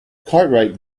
cartwright